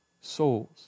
souls